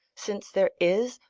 since there is,